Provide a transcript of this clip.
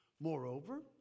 Moreover